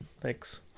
Thanks